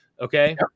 okay